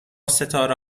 ستاره